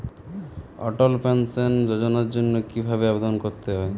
অটল pension যোজনার জন্য কি ভাবে আবেদন করতে হয়?